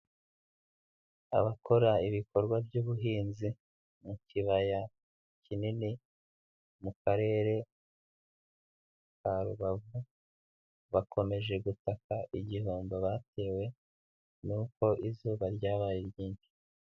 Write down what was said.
Abakora ibikorwa by'ubuhinzi mu kibaya kinini mu karere ka Rubavu bakomeje gutaka igihombo batewe nuko izuba ryabaye ryinshi.